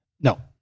no